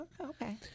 Okay